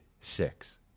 six